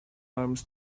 arms